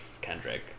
Kendrick